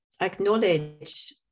acknowledge